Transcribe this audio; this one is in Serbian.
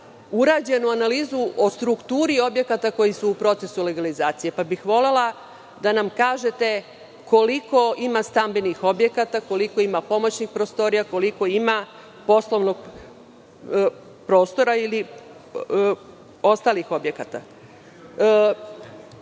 urađenu analizu o strukturi objekata koji su u procesu legalizacije, pa bih volela da nam kažete koliko ima stambenih objekata, koliko ima pomoćnih prostorija, koliko ima poslovnog prostora ili ostalih objekata. Da